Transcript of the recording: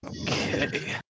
Okay